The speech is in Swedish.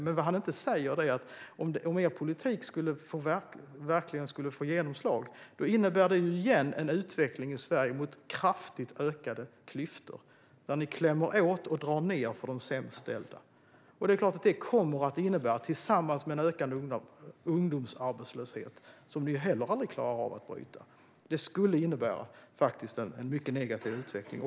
Men vad han inte säger är att om er politik verkligen skulle få genomslag skulle det igen innebära en utveckling i Sverige mot kraftigt ökade klyftor. Ni klämmer åt och drar ned för dem som har det sämst ställt. Tillsammans med en ökad ungdomsarbetslöshet, som ni heller aldrig klarar av att bryta, innebär det en mycket negativ utveckling.